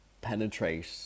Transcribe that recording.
penetrate